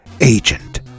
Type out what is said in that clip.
agent